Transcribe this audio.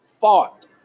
fought